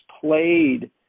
played